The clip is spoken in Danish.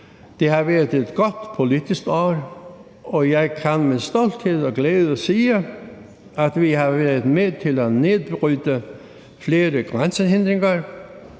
Det har været et godt politisk år, og jeg kan med stolthed og glæde sige, at vi har været med til at nedbryde flere grænsehindringer.